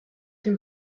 den